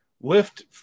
lift